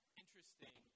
interesting